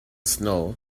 snow